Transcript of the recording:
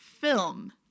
film